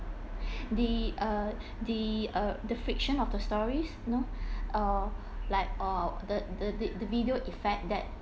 the uh the fiction of the stories you know uh like or the the the the video effect that